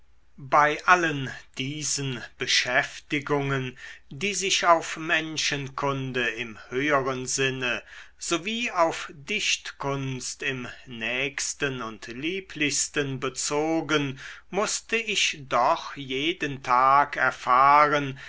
bei allen diesen beschäftigungen die sich auf menschenkunde im höheren sinne sowie auf dichtkunst im nächsten und lieblichsten bezogen mußte ich doch jeden tag erfahren